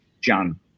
John